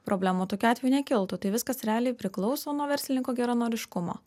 problemų tokiu atveju nekiltų tai viskas realiai priklauso nuo verslininko geranoriškumo